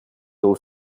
old